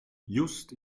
just